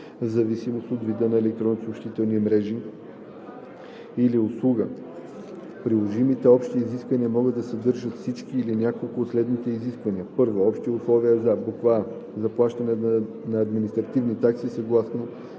В зависимост от вида на електронната съобщителна мрежа или услуга приложимите общи изисквания могат да съдържат всички или някои от следните изисквания: 1. общи условия за: а) заплащане на административни такси съгласно